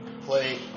Play